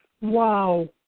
Wow